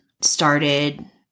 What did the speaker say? started